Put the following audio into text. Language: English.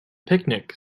picnic